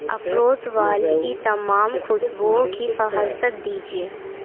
افروز والی تمام خوشبوؤں کی فہرست دیجیے